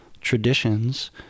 traditions